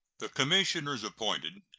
the commissioners appointed,